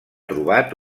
trobat